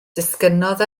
disgynnodd